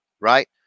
right